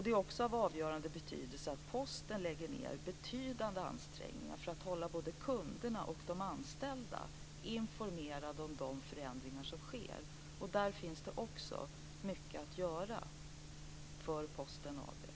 Det är också av avgörande betydelse att Posten gör betydande ansträngningar för att hålla både kunderna och de anställda informerade om de förändringar som sker. Där finns det också mycket att göra för Posten AB.